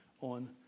on